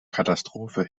katastrophe